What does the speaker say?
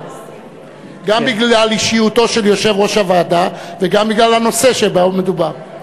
גם בגלל אישיותו של יושב-ראש הוועדה וגם בגלל הנושא שבו מדובר.